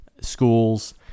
schools